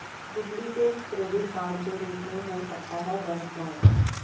duplicate credit card के रूप में हो सकता है बैंक फ्रॉड